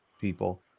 people